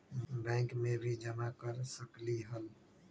Bank में भी जमा कर सकलीहल?